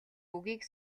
үгийг